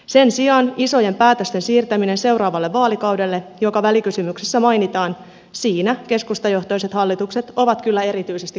sen sijaan isojen päätösten siirtämisessä seuraavalle vaalikaudelle joka välikysymyksessä mainitaan keskustajohtoiset hallitukset ovat kyllä erityisesti kunnostautuneet